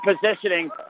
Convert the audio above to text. positioning